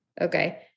Okay